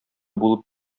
булып